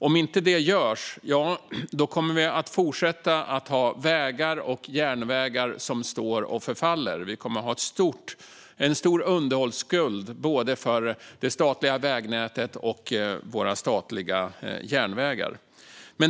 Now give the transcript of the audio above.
Om inte det görs kommer vi att fortsätta att ha vägar och järnvägar som står och förfaller. Vi kommer att ha en stor underhållsskuld både för det statliga vägnätet och för våra statliga järnvägar.